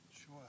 Sure